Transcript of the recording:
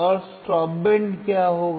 और stop band क्या होगा